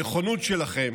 הנכונות שלכם